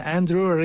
Andrew